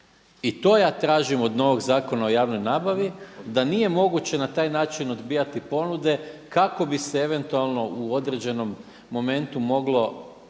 i to ja tražim od novog Zakona o javnoj nabavi da nije moguće na taj način odbijati ponude kako bi se eventualno u određenom momentu moglo,